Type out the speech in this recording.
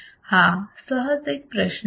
हा सहज एक प्रश्न आहे